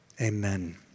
amen